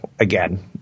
again